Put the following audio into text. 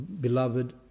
beloved